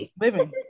Living